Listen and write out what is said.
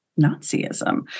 Nazism